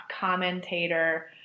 commentator